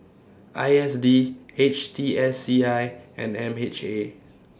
I S D H T S C I and M H A